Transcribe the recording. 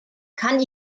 kann